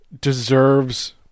deserves